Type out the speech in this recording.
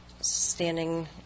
standing